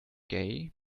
gay